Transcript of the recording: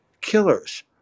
killers